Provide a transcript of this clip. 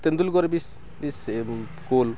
Tendulkar